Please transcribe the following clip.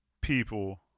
people